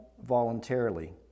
voluntarily